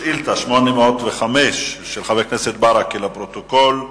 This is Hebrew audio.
שאילתא 805 של חבר הכנסת ברכה, לפרוטוקול.